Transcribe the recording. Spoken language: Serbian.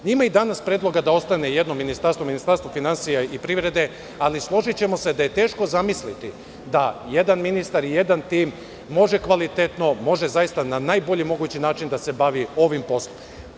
Ima i danas predloga da ostane jedno ministarstvo – Ministarstvo finansija i privrede, ali, složićemo se da je teško i zamisliti da jedan ministar i jedan tim može kvalitetno i zaista na najbolji mogući način da se bavi ovim poslom.